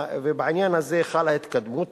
בעניין הזה חלה התקדמות,